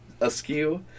askew